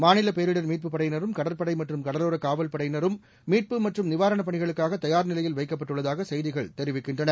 மாநில பேரிடர் மீட்புப் படையினரும் கடற்படை மற்றும் கடலோர காவல் படையினரும் மீட்புப் மற்றும் நிவாரணப் பணிகளுக்காக தயார் நிலையில் வைக்கப்பட்டுள்ளதாக செய்திகள் தெரிவிக்கின்றன